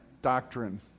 doctrine